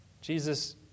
Jesus